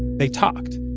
they talked.